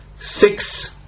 six